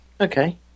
Okay